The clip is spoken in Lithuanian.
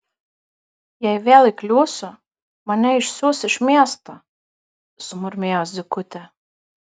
jei vėl įkliūsiu mane išsiųs iš miesto sumurmėjo zykutė